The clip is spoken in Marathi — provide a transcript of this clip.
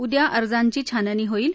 उद्या अर्जाची छाननी होईल